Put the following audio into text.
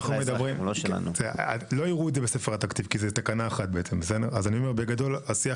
לא יראו את זה בספר התקציב כי זה תקנה 1. בגדול השיח